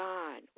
God